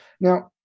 Now